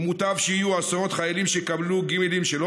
ומוטב שיהיו עשרות חיילים שיקבלו גימלים שלא